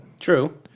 True